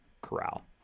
corral